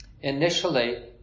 Initially